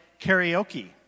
karaoke